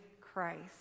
christ